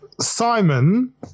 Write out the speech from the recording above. Simon